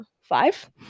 five